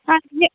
ਹਾਂਜੀ